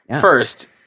First